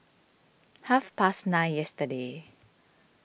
half past nine yesterday